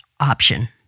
option